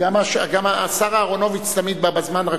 גם השר אהרונוביץ תמיד בא בזמן,